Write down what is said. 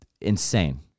insane